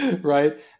right